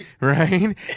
Right